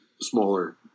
smaller